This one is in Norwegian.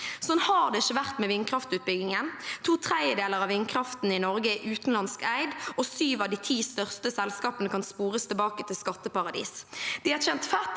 Sånn har det ikke vært med vindkraftutbyggingen. To tredjedeler av vindkraften i Norge er utenlandsk eid, og syv av de ti største selskapene kan spores tilbake til skatteparadis. De har tjent fett